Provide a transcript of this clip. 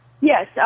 Yes